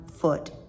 foot